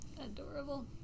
Adorable